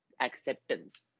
acceptance